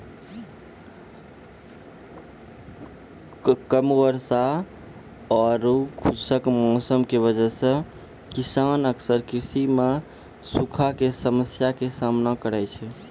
कम वर्षा आरो खुश्क मौसम के वजह स किसान अक्सर कृषि मॅ सूखा के समस्या के सामना करै छै